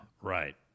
Right